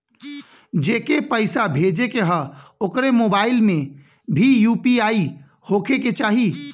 जेके पैसा भेजे के ह ओकरे मोबाइल मे भी यू.पी.आई होखे के चाही?